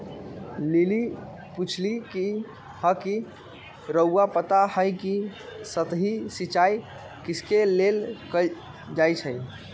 lily पुछलई ह कि रउरा पता हई कि सतही सिंचाई कइसे कैल जाई छई